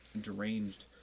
deranged